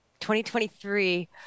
2023